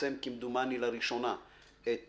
פרסם כמדומני לראשונה את